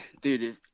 Dude